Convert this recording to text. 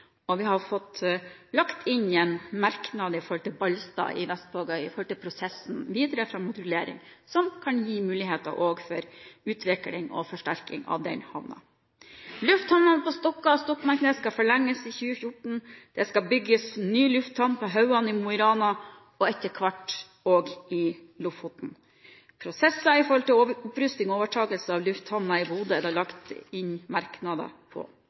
Vi har også fått lagt inn en merknad om Ballstad i Vestvågøy med tanke på prosessen videre fram mot rullering, noe som kan gi muligheter for forsterking og utvikling også av den havnen. Lufthavnene på Stokka og Stokmarknes skal forlenges i 2014. Det skal bygges ny lufthavn på Hauan i Mo i Rana, og etter hvert også i Lofoten. Prosesser med hensyn til opprusting og overtakelse av lufthavnen i Bodø er det også lagt inn merknader